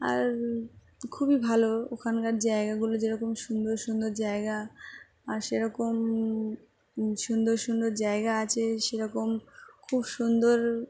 আর খুবই ভালো ওখানকার জায়গাগুলো যেরকম সুন্দর সুন্দর জায়গা আর সেরকম সুন্দর সুন্দর জায়গা আছে সেরকম খুব সুন্দর